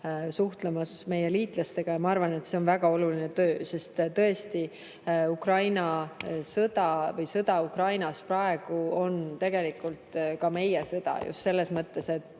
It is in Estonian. suhtlemas meie liitlastega. Ma arvan, et see on väga oluline töö, sest tõesti, Ukraina sõda või sõda Ukrainas on ka meie sõda, just selles mõttes, et